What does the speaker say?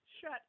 Shut